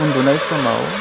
उन्दुनाय समाव